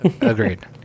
Agreed